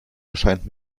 erscheint